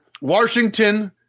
Washington